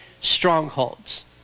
strongholds